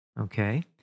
Okay